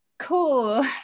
cool